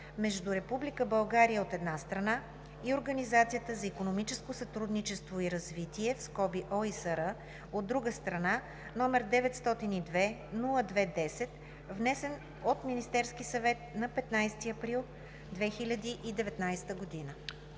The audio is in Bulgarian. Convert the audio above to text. между Република България, от една страна, и Организацията за икономическо сътрудничество и развитие (ОИСР), от друга страна, № 902-02-10, внесен от Министерския съвет на 15 април 2019 г.“